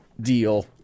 deal